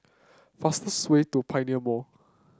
fastest way to Pioneer Mall